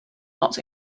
not